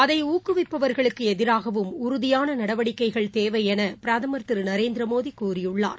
அதைஊக்குவிப்பவர்களுக்குஎதிராகவும் உறுதியானநடவடிக்கைகள் தேவைஎனபிரதமர் திருநரேந்திரமோடிகூறியுள்ளார்